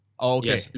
Okay